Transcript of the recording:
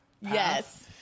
Yes